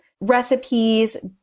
recipes